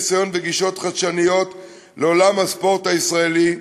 ניסיון וגישות חדשניות לעולם הספורט הישראלי,